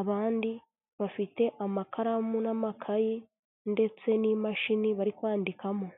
abandi bafite amakaramu n'amakayi ndetse n'imashini bari kwandikamo.